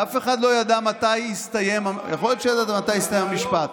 ואף אחד לא ידע מתי יסתיים יכול להיות שידעת מתי יסתיים המשפט.